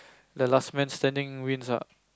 the last man standing wins ah